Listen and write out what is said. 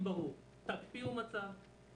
להקפיא מצב,